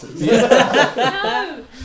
No